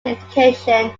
education